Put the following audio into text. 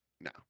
No